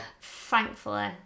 Thankfully